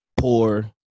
poor